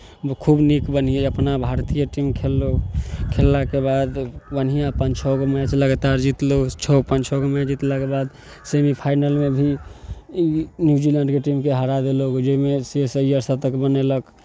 खूब नीक अपना भारतीय टीम खेललक खेललाके बाद बढ़िआँ पाँच छओ गो मैच लगातार जितलहुँ छओ पाँच छओ गो मैच जितलाके बाद सेमीफाइनलमे भी न्यूजीलैंडके टीमकेँ हरा देलक जाहिमे श्रेयश अय्यर शतक बनेलक